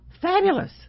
Fabulous